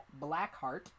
Blackheart